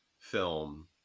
film